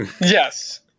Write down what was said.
Yes